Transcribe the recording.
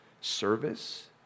service